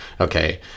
Okay